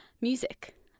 music